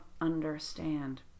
understand